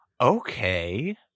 okay